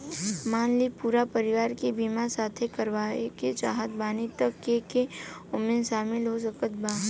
मान ली पूरा परिवार के बीमाँ साथे करवाए के चाहत बानी त के के ओमे शामिल हो सकत बा?